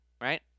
right